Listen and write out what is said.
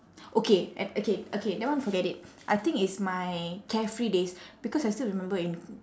okay a~ okay okay that one forget it I think it's my carefree days because I still remember in